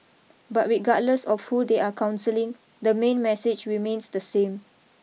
but regardless of who they are counselling the main message remains the same